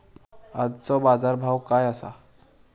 आजचो बाजार भाव काय आसा?